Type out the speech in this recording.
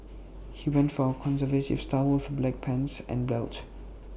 he went for A conservative style with black pants and belt